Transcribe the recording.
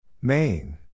Main